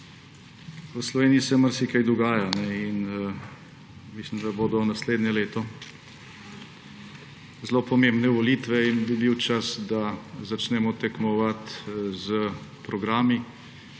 V Sloveniji se marsikaj dogaja in mislim, da bodo naslednje leto zelo pomembne volitve, in bi bil čas, da začnemo tekmovati s programi,